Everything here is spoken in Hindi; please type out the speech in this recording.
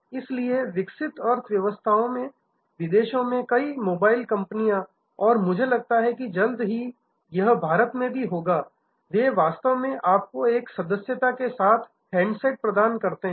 इसलिए विकसित अर्थव्यवस्थाओं में विदेशों में कई मोबाइल कंपनियां और मुझे लगता है कि जल्द ही यह भारत में भी होगा वे वास्तव में आपको एक सदस्यता के साथ हैंडसेट प्रदान करते हैं